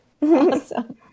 Awesome